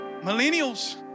Millennials